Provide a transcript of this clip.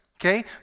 okay